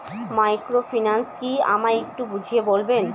Microfinance কি আমায় একটু বুঝিয়ে বলবেন?